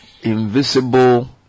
invisible